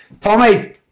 Tommy